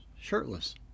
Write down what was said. shirtless